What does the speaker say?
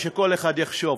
ושכל אחד יחשוב.